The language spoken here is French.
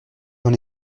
dans